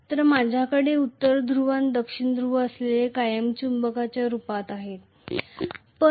तर माझ्याकडे उत्तर ध्रुव आणि दक्षिण ध्रुव असेल जे कायम चुंबकाच्या रुपात पाहतो